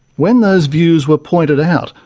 when those views were pointed out,